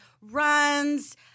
runs